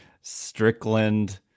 Strickland